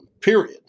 Period